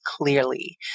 clearly